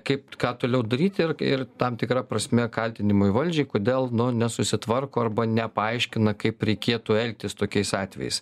kaip ką toliau daryti ir tam tikra prasme kaltinimai valdžiai kodėl nesusitvarko arba nepaaiškina kaip reikėtų elgtis tokiais atvejais